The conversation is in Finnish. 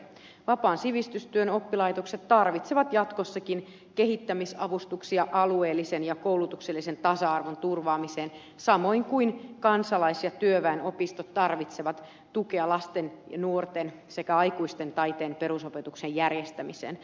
vapaan sivistystyön oppilaitokset tarvitsevat jatkossakin kehittämisavustuksia alueellisen ja koulutuksellisen tasa arvon turvaamiseen samoin kuin kansalais ja työväenopistot tarvitsevat tukea lasten ja nuorten sekä aikuisten taiteen perusopetuksen järjestämiseen